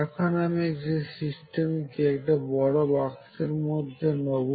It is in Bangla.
এখন আমি সিস্টেমকে একটা বড় বক্সের মধ্যে নেবো